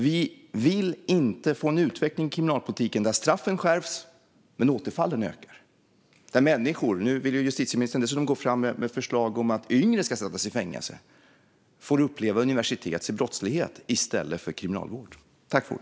Vi vill inte ha en utveckling i kriminalpolitiken som innebär att straffen skärps men återfallen ökar. Nu vill justitieministern dessutom gå fram med förslag om att yngre ska sättas i fängelse. De får uppleva ett universitet i brottslighet i stället för kriminalvård.